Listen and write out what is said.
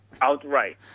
outright